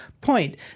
point